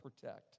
protect